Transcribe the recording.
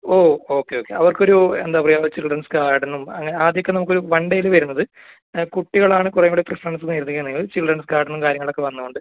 ഓ okay okay അവർക്ക് ഒരു എന്താണ് പറയുക ചിൽഡ്രൻസ് ഗാർഡനും അങ്ങനെ ആദ്യം ഒക്കെ നമുക്ക് ഒരു വൺ ഡേയിൽ വരുന്നത് കുട്ടികളാണ് കുറേ കൂടെ പ്രിഫെറൻസ് എന്ന് കരുതുക ആണെങ്കിൽ ചിൽഡ്രൻസ് ഗാർഡനും കാര്യങ്ങളൊക്കെ വന്നതു കൊണ്ട്